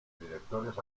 directores